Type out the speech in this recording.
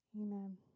Amen